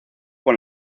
con